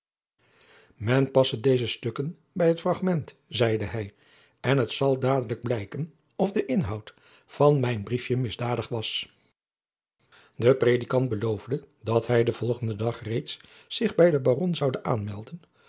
men passe deze stukken bij het fragment zeide hij en het zal dadelijk blijken of de inhoud van mijn briefje misdadig was de predikant beloofde dat hij den volgenden dag reeds zich bij den baron zoude aanmelden